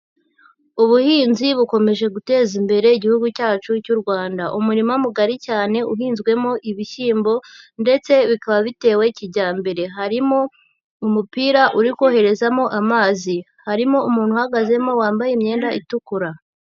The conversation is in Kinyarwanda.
Ubuhinzi bukomeje guteza imbere igihugu cyacu cy'u Rwanda, umurima mugari cyane uhinzwemo ibishyimbo ndetse bikaba bitewe kijyambere harimo umupira uri koherezamo amazi, harimo umuntu uhagazemo wambaye imyenda itukura.